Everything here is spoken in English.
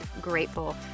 grateful